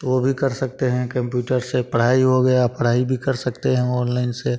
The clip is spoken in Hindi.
तो वो भी कर सकते हैं कंप्यूटर से पढ़ाई हो गया पढ़ाई भी कर सकते हैं हम ऑनलाइन से